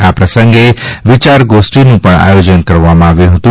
આ પ્રસંગે વિયાર સંગોષ્ઠીનું પણ આયોજન કરવામાં આવ્યું હતું